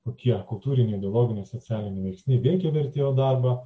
kokie kultūriniai dvasiniai socialiniai veiksniai veikia vertėjo darbą